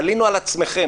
תלינו על עצמכם.